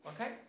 Okay